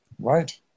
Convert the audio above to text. Right